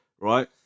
right